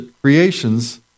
creations